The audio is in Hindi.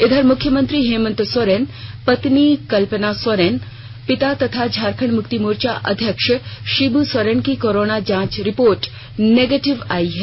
इधर मुख्यमंत्री हेमंत सोरेन पत्नी कल्पना सोरेन और पिता तथा झारखंड मुक्ति मोर्चा अध्यक्ष शिब् सोरेन की कोरोना जांच रिपोर्ट निगेटिव आयी है